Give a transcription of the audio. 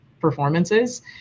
performances